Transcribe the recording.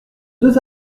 deux